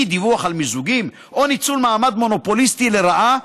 אי-דיווח על מיזוגים או ניצול מעמד מונופוליסטי לרעה,